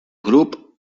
grup